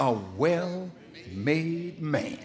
oh well may